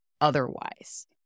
otherwise